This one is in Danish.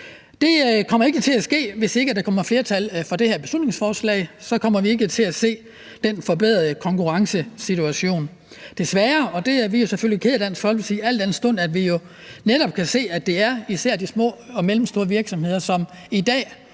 Det kommer ikke til at ske, hvis ikke der kommer flertal for det her beslutningsforslag. Så kommer vi ikke til at se den forbedrede konkurrencesituation, desværre, og det er vi jo selvfølgelig kede af i Dansk Folkeparti, al den stund at vi netop kan se, at det især er de små og mellemstore virksomheder, som i dag